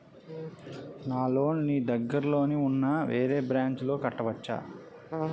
నా లోన్ నీ దగ్గర్లోని ఉన్న వేరే బ్రాంచ్ లో కట్టవచా?